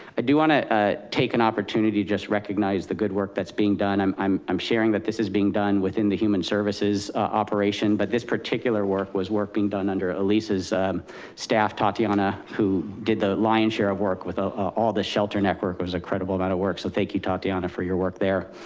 i do wanna ah take an opportunity, just recognize the good work that's being done. i'm i'm sharing that this is being done within the human services operation, but this particular work was work being done under elissa's staff tatiana, who did the lion's share of work with ah all the shelter network was incredible amount of work. so thank you tatiana for your work there.